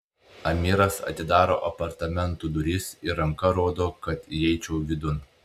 amiras atidaro apartamentų duris ir ranka rodo kad įeičiau vidun